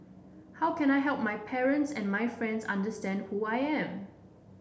how can I help my parents and my friends understand who I am